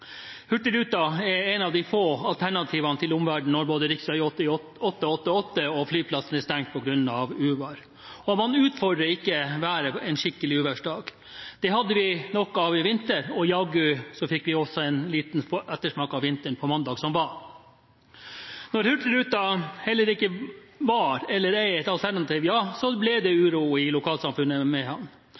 Hurtigruten er et av de få alternativene for å nå ut til omverdenen når både rv. 888 og flyplassen er stengt på grunn av uvær. Og man utfordrer ikke været en skikkelig uværsdag. Det hadde vi nok av i vinter, og jaggu fikk vi også en liten ettersmak av vinteren på mandag som var. Når Hurtigruten heller ikke var, eller er, et alternativ – ja, da ble det uro i lokalsamfunnet Mehamn. Det å miste et etablert kommunikasjonstilbud gjør noe med